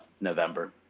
November